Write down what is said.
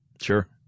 Sure